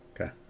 Okay